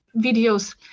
videos